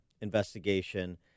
investigation